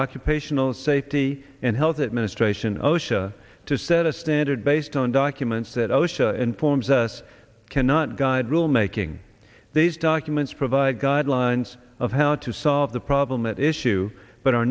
occupational safety and health administration osha to set a standard based on documents that osha informs us cannot guide rulemaking these documents provide guidelines of how to solve the problem at issue but are